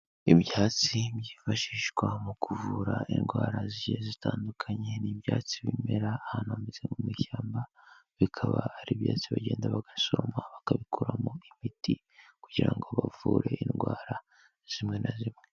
Ibyatsi byifashishwa mu kuvura indwara zigiye zitandukanye, ni ibyatsi bimera ahantu hameze nko mu ishyamba, bikaba ari ibyatsi bagenda bagasoroma bakabikoramo imiti kugira ngo bavure indwara zimwe na zimwe.